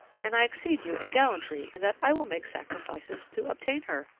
and i exceed you in gallantry in that i will make sacrifices to obtain her,